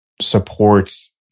supports